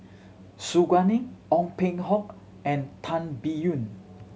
Su Guaning Ong Peng Hock and Tan Biyun